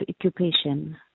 occupation